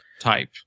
type